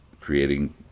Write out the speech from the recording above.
creating